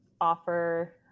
offer